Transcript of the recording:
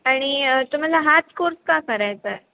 आणि तुम्हाला हाच कोर्स का करायचा आहे